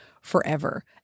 forever